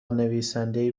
نویسنده